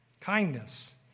kindness